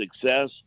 success